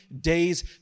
days